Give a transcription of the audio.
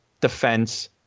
Defense